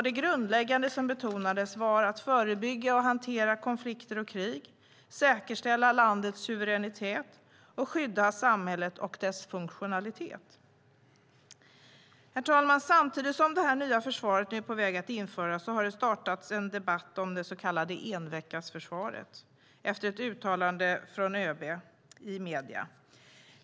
Det grundläggande som betonades var att förebygga och hantera konflikter och krig, att säkerställa landets suveränitet och att skydda samhället och dess funktionalitet. Herr talman! Samtidigt som detta nya försvar nu är på väg att införas har det startats en debatt om det så kallade enveckasförsvaret efter ett uttalande av ÖB i medierna.